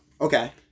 Okay